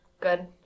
good